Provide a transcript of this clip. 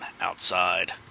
outside